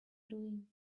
doing